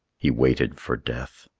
he waited for death.